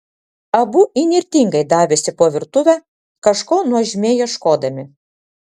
abu įnirtingai davėsi po virtuvę kažko nuožmiai ieškodami